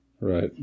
Right